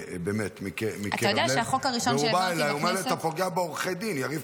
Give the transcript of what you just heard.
הוא בא אליי ואמר לי, יריב פוגע בעורכי דין.